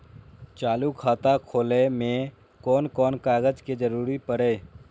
चालु खाता खोलय में कोन कोन कागज के जरूरी परैय?